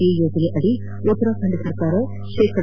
ಈ ಯೋಜನೆಯಡಿ ಉತ್ತರಾಖಂಡ್ ಸರ್ಕಾರ ಶೇಕಡ